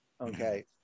Okay